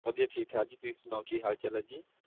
ਵਧੀਆ ਠੀਕ ਠਾਕ ਜੀ ਤੁਸੀਂ ਸੁਣਾਓ ਕੀ ਹਾਲ ਚਾਲ ਹੈ ਜੀ